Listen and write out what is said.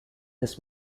his